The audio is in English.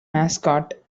mascot